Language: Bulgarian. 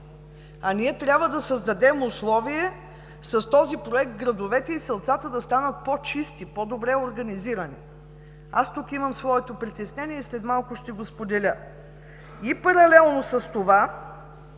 а трябва да създадем условие с този Проект градовете и селцата да станат по-чисти, по-добре организирани. Тук имам своето притеснение и след малко ще го споделя. И паралелно с това,